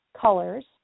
colors